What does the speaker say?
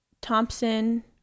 Thompson